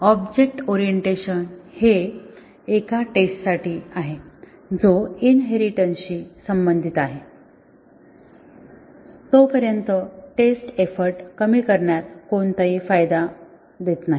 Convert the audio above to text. तर object orientation हे एका टेस्टसाठी आहे जो इनहेरिटेन्सशी संबंधित आहे तोपर्यंत टेस्ट एफर्ट कमी करण्यात कोणताही फायदा देत नाही